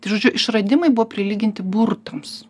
žodžiu išradimai buvo prilyginti burtams